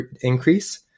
increase